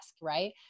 right